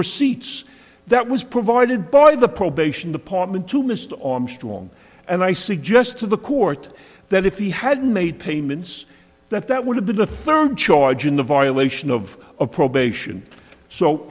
receipts that was provided by the probation department to missed on strong and i suggest to the court that if he hadn't made payments that that would have been a third charge and a violation of probation so